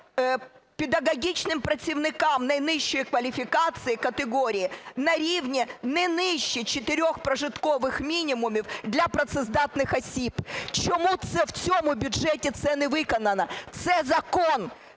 педагогічним працівникам найнижчої кваліфікації (категорії) на рівні не нижче чотирьох прожиткових мінімумів для працездатних осіб. Чому це в цьому бюджеті це не виконано? Це закон.